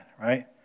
right